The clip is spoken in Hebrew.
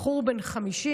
בחור בן 50,